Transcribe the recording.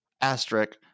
asterisk